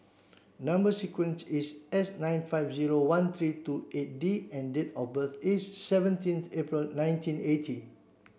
number sequence is S nine five zero one three two eight D and date of birth is seventeenth April nineteen eighty